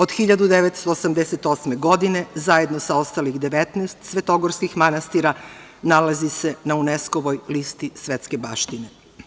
Od 1988. godine zajedno sa ostalih 19 svetogorskih manastira nalazi se na UNESKO-voj listi svetske baštine.